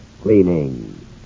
cleaning